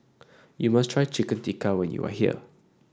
you must try Chicken Tikka when you are here